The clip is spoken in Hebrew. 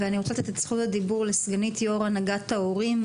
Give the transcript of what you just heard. אני רוצה לתת את זכות הדיבור לסגנית יו"ר הנהגת ההורים.